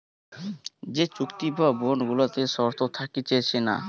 যে চুক্তি বা বন্ড গুলাতে শর্ত থাকতিছে না